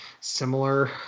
similar